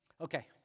Okay